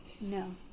No